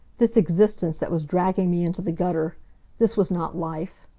this existence that was dragging me into the gutter this was not life!